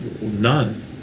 None